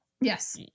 yes